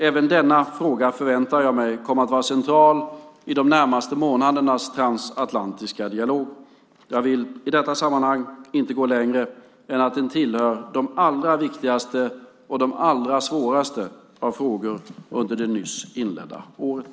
Även denna fråga förväntar jag mig kommer att vara central i de närmaste månadernas transatlantiska dialog. Jag vill i detta sammanhang inte gå längre än att den tillhör de allra viktigaste och de allra svåraste av frågor under det nyss inledda året.